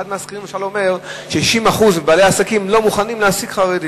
אחד מהסקרים למשל אומר ש-60% מבעלי העסקים לא מוכנים להעסיק חרדים.